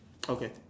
okay